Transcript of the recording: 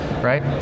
right